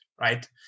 right